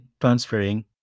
transferring